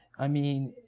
i mean.